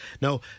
Now